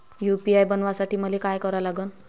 UPI बनवासाठी मले काय करा लागन?